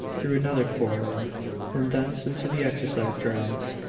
through another corridor and thence into the exercise grounds.